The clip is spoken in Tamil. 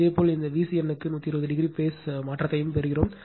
இதேபோல் இந்த Vcn க்கு 120o பேஸ் மாற்றத்தையும் பெறுகிறோம்